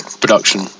production